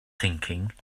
thinking